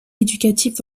éducatives